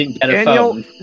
Daniel